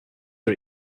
are